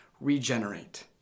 regenerate